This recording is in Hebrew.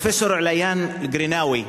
פרופסור עליאן קרינאווי